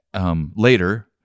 Later